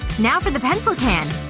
no for the pencil can.